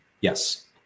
Yes